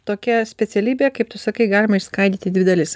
tokia specialybė kaip tu sakai galima išskaidyti į dvi dalis